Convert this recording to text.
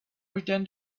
returned